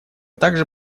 также